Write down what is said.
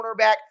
cornerback